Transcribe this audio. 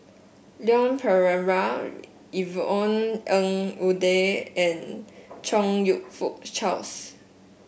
Leon Perera Yvonne Ng Uhde and Chong You Fook Charles